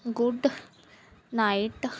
good knight